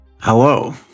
Hello